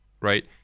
right